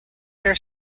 their